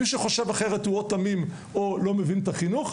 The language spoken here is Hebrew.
מי שחושב אחרת הוא או תמים או לא מבין את החינוך,